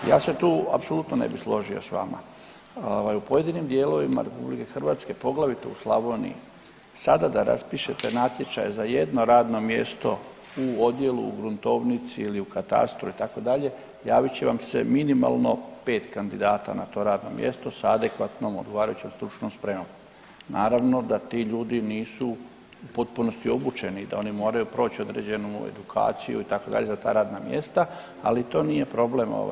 Ja se tu apsolutno ne bi složio s vama, ovaj u pojedinim dijelovima RH, poglavito u Slavoniji sada da raspišete natječaj za jedno radno mjesto u odjelu u gruntovnici ili u katastru itd. javit će vam se minimalno 5 kandidata na to radno mjesto sa adekvatnom odgovarajućom stručnom spremom, naravno da ti ljudi nisu u potpunosti obučeni da oni moraju proći određenu edukaciju itd. za ta radna mjesta, ali to nije problem.